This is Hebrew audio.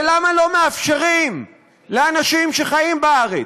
למה לא מאפשרים לאנשים שחיים בארץ,